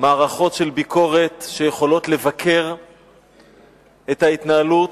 מערכות של ביקורת שיכולות לבקר את ההתנהלות,